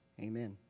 Amen